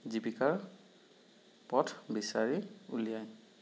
জীৱিকাৰ পথ বিচাৰি উলিয়ায়